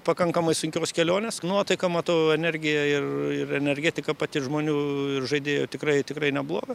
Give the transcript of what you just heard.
pakankamai sunkios kelionės nuotaiką matau energija ir ir energetika pati žmonių ir žaidėjų tikrai tikrai nebloga